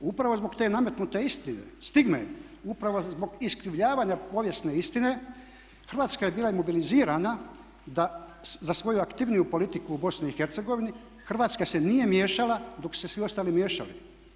Upravo zbog te nametnute istine, stigme uprava zbog iskrivljavanja povijesne istine Hrvatska je bila imobilizirana za svoju aktivniju politiku u Bosni i Hercegovini Hrvatska se nije miješala dok su se svi ostali miješali.